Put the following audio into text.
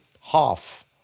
half